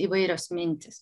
įvairios mintys